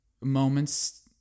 moments